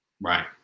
Right